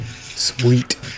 Sweet